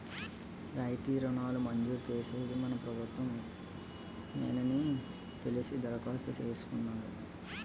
రాయితీ రుణాలు మంజూరు చేసేది మన ప్రభుత్వ మేనని తెలిసి దరఖాస్తు చేసుకున్నాను